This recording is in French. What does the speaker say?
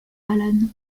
alan